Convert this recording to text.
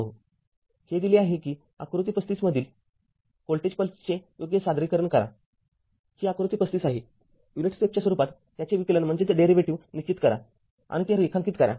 हे दिले आहे की आकृती ३५ मधील व्होल्टेज पल्सचे योग्य सादरीकरण करा ही आकृती ३५ आहे युनिट स्टेपच्या स्वरूपात त्याचे विकलन निश्चित करा आणि ते रेखांकित करा